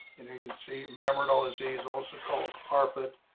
you know you can see marinol aziz also co carpet.